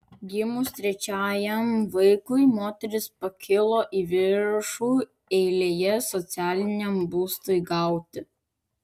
gimus trečiajam vaikui moteris pakilo į viršų eilėje socialiniam būstui gauti